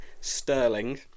Sterling